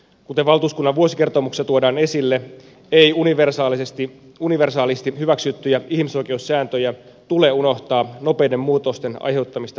kuten valtuuskunnan vuosikertomuksessa tuodaan esille ei universaalisti hyväksyttyjä ihmisoikeussääntöjä tule unohtaa nopeiden muutosten aiheuttamista haasteista huolimatta